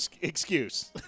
excuse